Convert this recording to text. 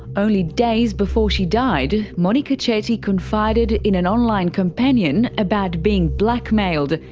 only days before she died, monika chetty confided in an online companion about being blackmailed,